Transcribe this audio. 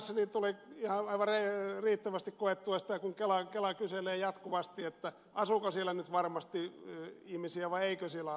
entisessä elämässäni tuli aivan riittävästi koettua sitä kun kela kyseli jatkuvasti että asuuko siellä nyt varmasti ihmisiä vai eikö siellä asu